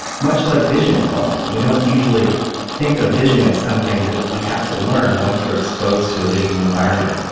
much like vision evolved. we don't usually think of vision as something that we have to learn once we are exposed to the ah visual environment.